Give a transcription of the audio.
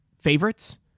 favorites